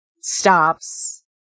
stops